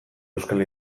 euskal